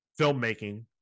filmmaking